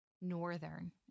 Northern